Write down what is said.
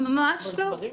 ממש לא.